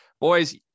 boys